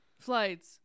flights